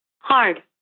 Hard